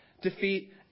defeat